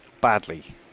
badly